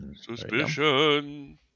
Suspicion